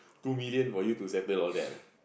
two million for you to settle all that ah